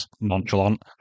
nonchalant